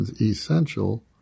essential